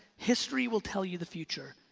history will tell you the future.